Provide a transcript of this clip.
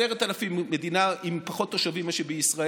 בבלגיה 10,000, מדינה עם פחות תושבים מישראל.